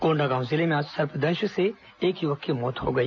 कोण्डागांव जिले में आज सर्पदंश से एक युवक की मौत हो गई